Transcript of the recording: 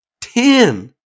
Ten